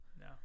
No